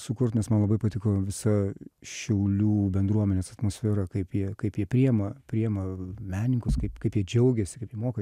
sukurt nes man labai patiko visa šiaulių bendruomenės atmosfera kaip jie kaip jie priema priema menininkus kaip kaip jie džiaugiasi kaip jie moka